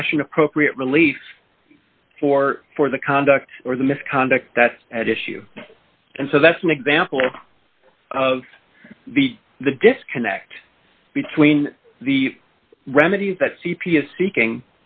fashion appropriate relief for for the conduct or the misconduct that's at issue and so that's an example of the the disconnect between the remedies that c p s seeking